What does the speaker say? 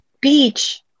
Beach